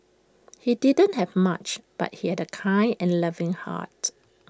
he didn't have much but he had A kind and loving heart